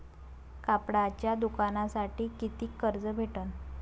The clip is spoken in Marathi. कापडाच्या दुकानासाठी कितीक कर्ज भेटन?